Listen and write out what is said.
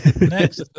Next